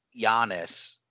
Giannis